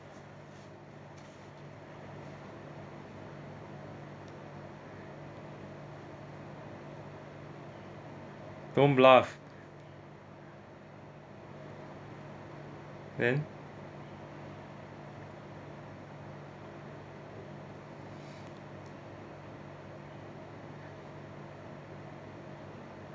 don't bluff then